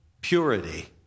purity